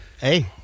Hey